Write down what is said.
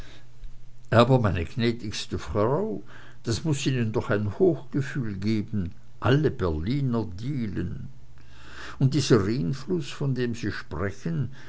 aber meine gnädigste frau das muß ihnen doch ein hochgefühl geben alle berliner dielen und dieser rhinfluß von dem sie sprechen